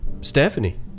Stephanie